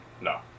No